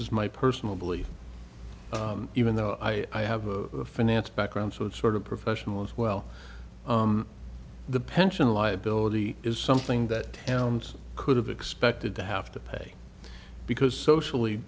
is my personal belief even though i have a finance background so it's sort of professional as well the pension liability is something that sounds could have expected to have to pay because socially